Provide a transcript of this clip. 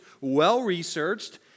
well-researched